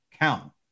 Count